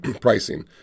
pricing